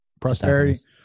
Prosperity